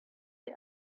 see